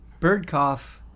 Birdcough